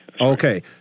Okay